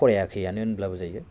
फरायाखैआनो होनब्लाबो जायो